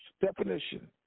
definition